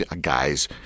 guys